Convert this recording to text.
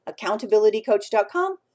accountabilitycoach.com